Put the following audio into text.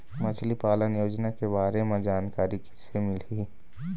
मछली पालन योजना के बारे म जानकारी किसे मिलही?